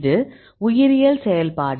இது உயிரியல் செயல்பாடு